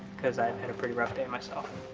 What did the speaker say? cause i've had a pretty rough day myself.